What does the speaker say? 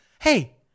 Hey